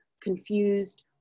confused